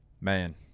man